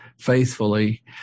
faithfully